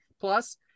Plus